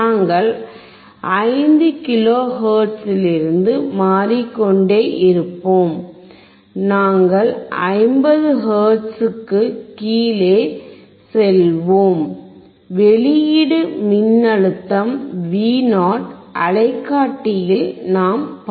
நாங்கள் 5 கிலோ ஹெர்ட்ஸிலிருந்து மாறிக்கொண்டே இருப்போம் நாங்கள் 50 ஹெர்ட்ஸுக்கு கீழே செல்வோம் வெளியீடு மின்னழுத்தம் Vo அலைக்காட்டியில் நாம் பார்ப்போம்